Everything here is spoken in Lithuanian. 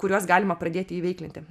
kuriuos galima pradėti įveiklinti